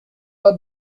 pas